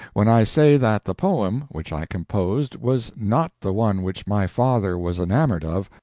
when i say that the poem which i composed was not the one which my father was enamoured of,